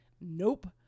Nope